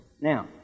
Now